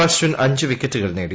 അശ്വിൻ അഞ്ച് പ്പീക്കൂറ്റുകൾ നേടി